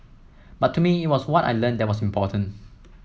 but to me it was what I learnt that was important